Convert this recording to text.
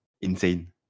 Insane